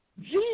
Jesus